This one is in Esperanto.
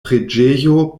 preĝejo